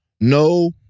no